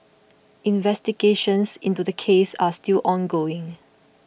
investigations into this case are still ongoing